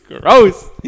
Gross